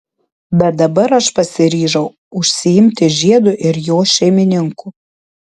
bet dabar aš pasiryžau užsiimti žiedu ir jo šeimininku